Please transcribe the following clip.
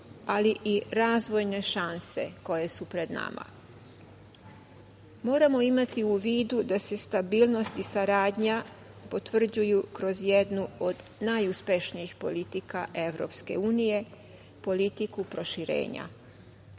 ali i razvojne šanse koje su pred nama. Moramo imati u vidu da se stabilnost i saradnja potvrđuju kroz jednu od najuspešnijih politika EU, politiku proširenja. Srbija